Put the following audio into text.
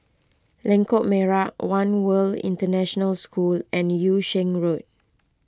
Lengkok Merak one World International School and Yung Sheng Road